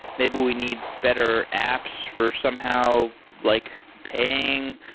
maybe we need better apps for somehow like paying.